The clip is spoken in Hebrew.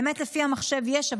באמת לפי המחשב יש,